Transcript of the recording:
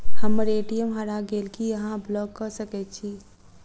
हम्मर ए.टी.एम हरा गेल की अहाँ ब्लॉक कऽ सकैत छी?